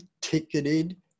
ticketed